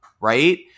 right